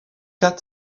cat